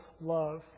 love